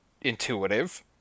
intuitive